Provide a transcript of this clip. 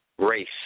race